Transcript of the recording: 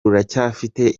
ruracyafite